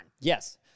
Yes